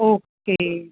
okay